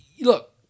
look